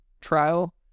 trial